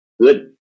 Good